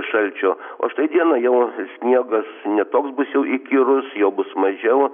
šalčio o štai dieną jau sniegas ne toks bus jau įkyrus jo bus mažiau